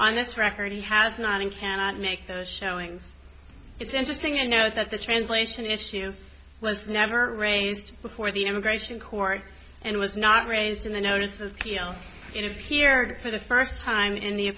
on this record he has not and cannot make those showings it's interesting to note that the translation issue was never raised before the immigration courts and was not raised in the notices p l it appeared for the first time in the